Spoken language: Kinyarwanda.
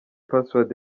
password